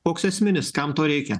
koks esminis kam to reikia